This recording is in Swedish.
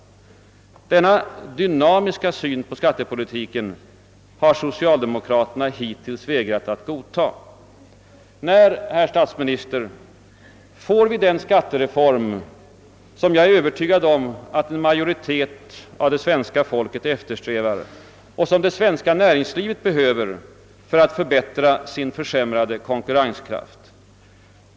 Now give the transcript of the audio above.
Denna dynamiska syn på skattepolitiken har socialdemokraterna hittills vägrat att godta. När, herr statsminister, får vi den skattereform som jag är övertygad om att en majoritet av det svenska folket eftersträvar och som det svenska näringslivet behöver för att förbättra sin försämrade konkurrenskraft?